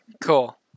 cool